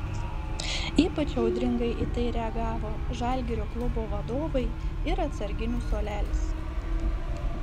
ypač audringai į tai reagavo žalgirio klubo vadovai ir atsarginių suolelis